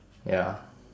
ya